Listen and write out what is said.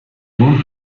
sohn